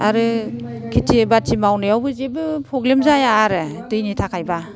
आरो खेथि बाथि मावनायावबो जेबो प्रब्लेम जाया आरो दैनि थाखायबा